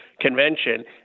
Convention